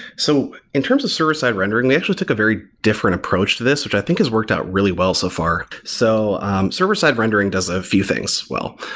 so in terms of server-side rendering, we actually took a very different approach to this, which i think has worked out really well so far. so server-side rendering does a few things. well,